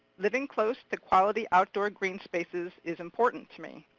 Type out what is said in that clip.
living close to quality outdoor green spaces is important to me.